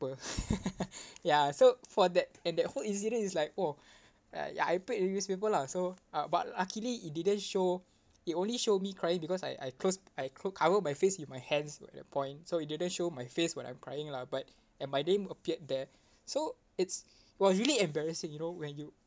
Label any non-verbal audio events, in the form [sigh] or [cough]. [laughs] [breath] ya so for that and that whole incident is like !whoa! [breath] ya ya I paid the newspaper lah so uh but luckily it didn't show it only show me crying because I I close I clo~ cover my face with my hands at that point so it didn't show my face when I'm crying lah but and my name appeared there so it's was really embarrassing you know when you